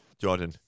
Jordan